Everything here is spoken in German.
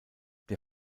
der